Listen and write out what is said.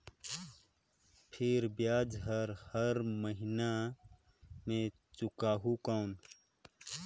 फिर ब्याज हर महीना मे चुकाहू कौन?